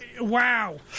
wow